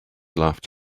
laughed